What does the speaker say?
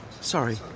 Sorry